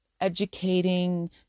educating